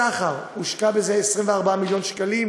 צח"ר, הושקעו בזה 24 מיליון שקלים.